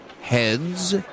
heads